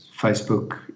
facebook